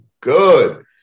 good